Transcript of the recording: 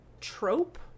trope